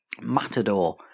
Matador